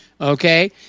Okay